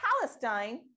Palestine